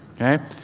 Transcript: Okay